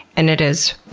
and it is